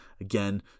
again